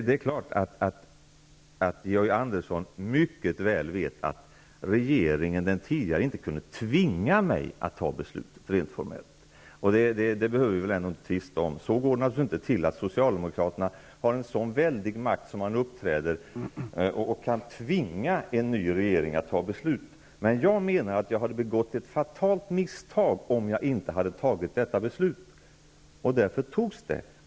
Det är klart att Georg Andersson mycket väl vet att den tidigare regeringen inte kunde tvinga mig att ta beslutet, rent formellt, och det behöver vi väl inte tvista om. Så går det naturligtvis inte till, att socialdemokraterna har en så väldig makt att de kan tvinga en ny regering att ta beslut. Men jag hade begått ett fatalt misstag om jag inte hade tagit detta beslut, och därför togs det.